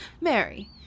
Mary